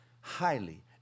highly